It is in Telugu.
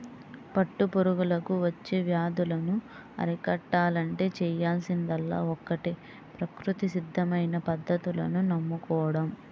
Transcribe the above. పట్టు పురుగులకు వచ్చే వ్యాధులను అరికట్టాలంటే చేయాల్సిందల్లా ఒక్కటే ప్రకృతి సిద్ధమైన పద్ధతులను నమ్ముకోడం